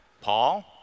Paul